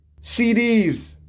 CDs